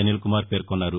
అనిల్ కుమార్ పేర్కొన్నారు